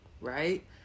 right